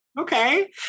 Okay